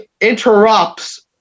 interrupts